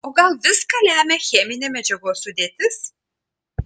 o gal viską lemia cheminė medžiagos sudėtis